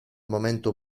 momento